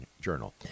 Journal